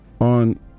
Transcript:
on